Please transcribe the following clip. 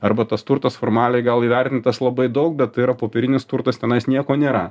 arba tas turtas formaliai gal įvertintas labai daug bet tai yra popierinis turtas tenais nieko nėra